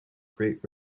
great